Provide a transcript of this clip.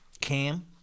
Cam